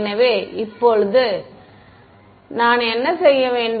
எனவே இப்போது நான் என்ன செய்ய வேண்டும்